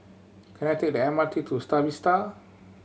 can I take the M R T to Star Vista